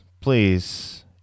please